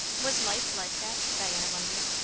was life like that, diana wondered?